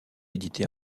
édité